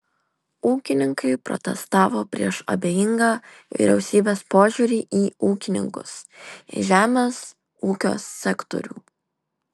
ūkininkai protestavo prieš abejingą vyriausybės požiūrį į ūkininkus į žemės ūkio sektorių